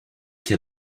qu’a